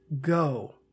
go